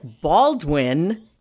Baldwin